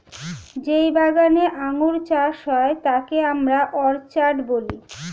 যেই বাগানে আঙ্গুর চাষ হয় তাকে আমরা অর্চার্ড বলি